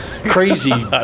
Crazy